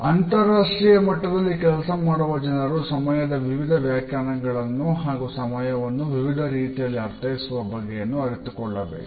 ಅಂತರರಾಷ್ಟ್ರೀಯ ಮಟ್ಟದಲ್ಲಿ ಕೆಲಸ ಮಾಡುವ ಜನರು ಸಮಯದ ವಿವಿಧ ವ್ಯಾಖ್ಯಾನಗಳನ್ನು ಹಾಗೂ ಸಮಯವನ್ನು ವಿವಿಧ ರೀತಿಯಲ್ಲಿ ಅರ್ಥೈಸುವ ಬಗೆಯನ್ನು ಅರಿತುಕೊಳ್ಳಬೇಕು